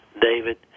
David